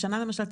השנה למשל,